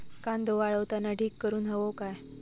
कांदो वाळवताना ढीग करून हवो काय?